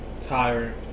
tired